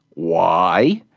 why?